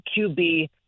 QB